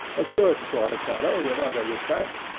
a good sort of fellow in other respects,